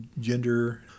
gender